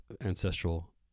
ancestral